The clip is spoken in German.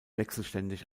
wechselständig